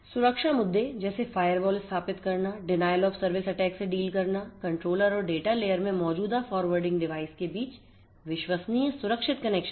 सुरक्षा मुद्दे जैसेफ़ायरवॉल स्थापित करना डिनायल ऑफ सर्विस अटैक से डील करना कंट्रोलर और डाटा लेयर में मौजूदफॉरवर्डिंग डिवाइस के बीच विश्वसनीय सुरक्षित कनेक्शन देना